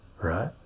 right